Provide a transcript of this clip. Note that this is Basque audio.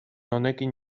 honekin